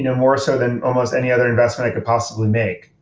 you know more so than almost any other investment i could possibly make.